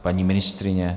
Paní ministryně?